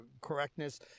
correctness